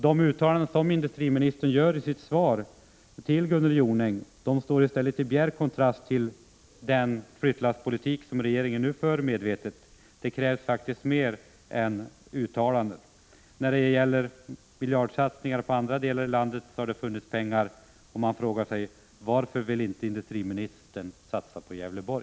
De uttalanden som industriministern gör i sitt svar till Gunnel Jonäng står i bjärt kontrast till den flyttlasspolitik som regeringen nu medvetet för. Det krävs faktiskt mer än uttalanden. Då det gällt miljardsatsningar i andra delar av landet har det funnits pengar, och man frågar sig: Varför vill inte industriministern satsa på Gävleborg?